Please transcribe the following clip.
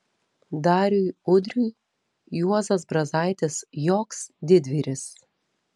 dariui udriui juozas brazaitis joks didvyris